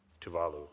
Tuvalu